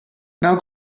now